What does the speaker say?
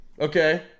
Okay